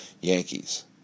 Yankees